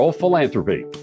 Philanthropy